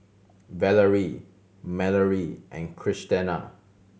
Valery Mallorie and Christena